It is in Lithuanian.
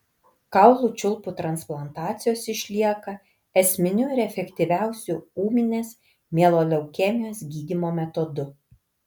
kaulų čiulpų transplantacijos išlieka esminiu ir efektyviausiu ūminės mieloleukemijos gydymo metodu